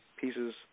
pieces